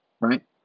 right